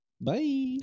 Bye